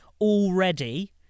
already